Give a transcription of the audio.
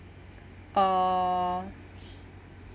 uh